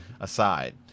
aside